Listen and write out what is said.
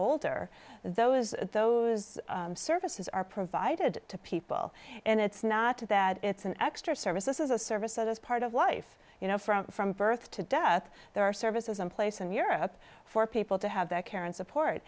older those those services are provided to people and it's not that it's an extra service this is a service that is part of life you know from from birth to death there are services in place in europe for people to have that care and support